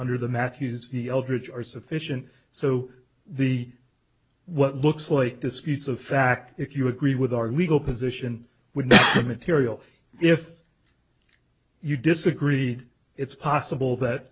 under the matthews eldridge are sufficient so the what looks like disputes of fact if you agree with our legal position with the material if you disagree it's possible that